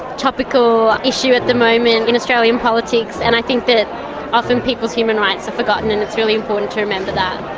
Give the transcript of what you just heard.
topical issue at the moment in australian politics and i think that often people's human rights are forgotten and it's really important to remember that.